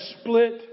split